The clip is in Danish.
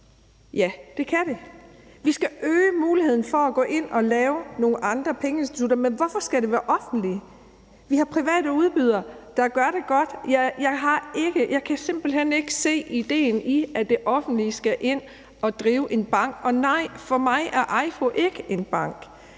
Ja, det kan det. Vi skal øge muligheden for at gå ind at lave nogle andre pengeinstitutter. Men hvorfor skal de være offentlige? Vi har private udbydere, der gør det godt. Jeg kan simpelt hen ikke se idéen i, at det offentlige skal ind at drive en bank. Og nej, for mig EIFO ikke en bank.